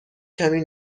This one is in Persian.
کمی